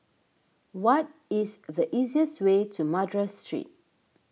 what is the easiest way to Madras Street